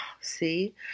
see